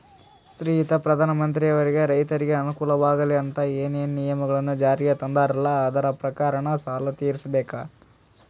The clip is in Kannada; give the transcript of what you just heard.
ಶ್ರೀಯುತ ಪ್ರಧಾನಮಂತ್ರಿಯವರು ರೈತರಿಗೆ ಅನುಕೂಲವಾಗಲಿ ಅಂತ ಏನೇನು ನಿಯಮಗಳನ್ನು ಜಾರಿಗೆ ತಂದಾರಲ್ಲ ಅದರ ಪ್ರಕಾರನ ಸಾಲ ತೀರಿಸಬೇಕಾ?